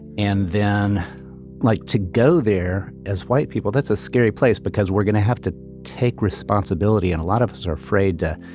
and then like to go there as white people. that's a scary place because we're gonna have to take responsibility and a lot of us are afraid to